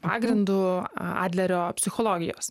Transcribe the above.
pagrindu adlerio psichologijos